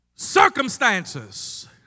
Circumstances